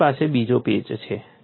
તમારી પાસે બીજો પેચ છે